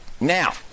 Now